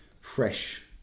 fresh